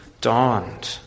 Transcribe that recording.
dawned